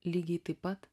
lygiai taip pat